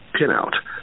pinout